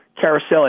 carousel